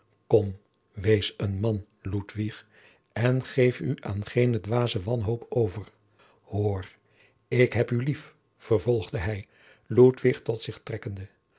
kom wees een man ludwig en geef u aan geene dwaze wanhoop over hoor ik heb u lief vervolgde hij ludwig tot zich trekkende